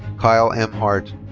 kyle m. hart.